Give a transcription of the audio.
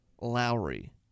Lowry